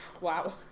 Wow